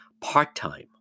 part-time